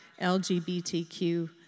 LGBTQ